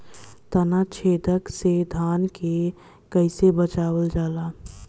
ताना छेदक से धान के कइसे बचावल जाला?